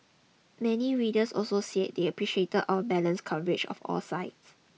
many readers also said they appreciated our balanced coverage of all sides